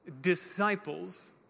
disciples